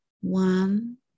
One